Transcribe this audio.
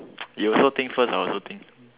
you also think first I also think